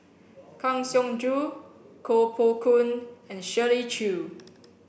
Kang Siong Joo Koh Poh Koon and Shirley Chew